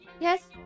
Yes